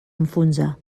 enfonsar